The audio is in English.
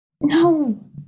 No